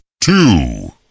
two